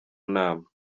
nama